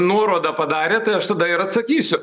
nuorodą padarė tai aš tada ir atsakysiu